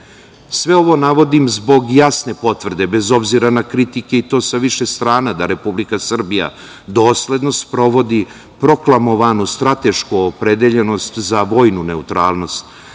EU.Sve ovo navodim zbog jasne potvrde, bez obzira na kritike i to sa više strana da Republika Srbija dosledno sprovodi proklamovanu stratešku opredeljenost za vojnu neutralnost,